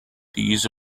these